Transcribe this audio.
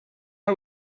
are